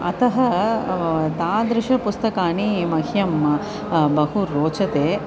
अतः तादृश पुस्तकानि मह्यं बहु रोचते